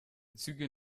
züge